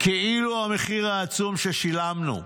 כאילו המחיר העצום ששילמנו,